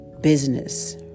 business